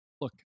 look